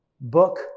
book